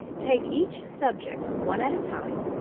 take each subject one at a time,